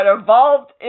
evolved